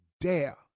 dare